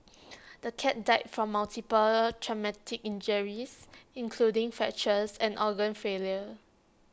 the cat died from multiple traumatic injuries including fractures and organ failure